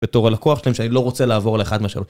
בתור הלקוח שלהם שאני לא רוצה לעבור לאחד משלו.